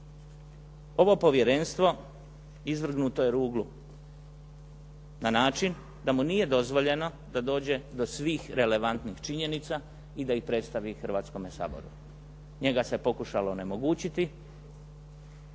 Ovo Povjerenstvo izvrgnuto je ruglu na način da mu nije dozvoljeno da dođe do svih relevantnih činjenica i da ih predstavi Hrvatskome saboru. Njega se pokušalo onemogućiti,